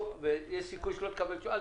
ויש סיכוי שלא תקבל תשובה,